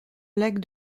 lac